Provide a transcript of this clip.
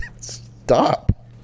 stop